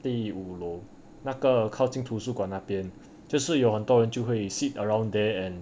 第五楼那个靠近图书馆那边就是有很多人就会 sit around there and